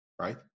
right